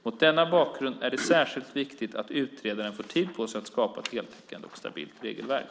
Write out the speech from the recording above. Mot denna bakgrund är det särskilt viktigt att utredaren får tid på sig att skapa ett heltäckande och stabilt regelverk.